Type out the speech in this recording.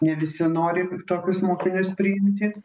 ne visi nori tokius mokinius priimti